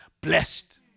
blessed